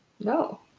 no